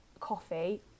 coffee